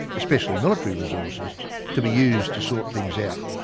especially military resources to be used to sort things out.